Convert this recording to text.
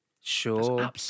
sure